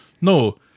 No